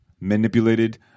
manipulated